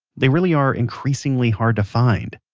they really are increasingly hard to find.